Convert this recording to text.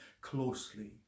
closely